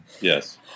Yes